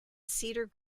cedar